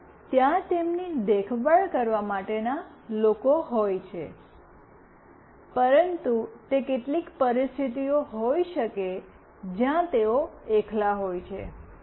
ભલે ત્યાં તેમની દેખભાળ કરવા માટેના લોકો હોય પરંતુ તે કેટલીક પરિસ્થિતિઓમાં હોઈ શકેજયાં તેઓ એકલા હોય છે